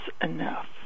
enough